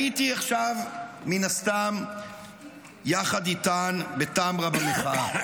הייתי עכשיו מן הסתם יחד איתן בטמרה במחאה.